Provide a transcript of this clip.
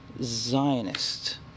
Zionist